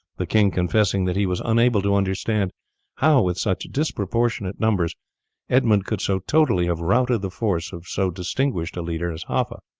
the king confessing that he was unable to understand how with such disproportionate numbers edmund could so totally have routed the force of so distinguished a leader as haffa.